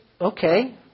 okay